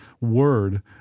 word